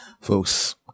Folks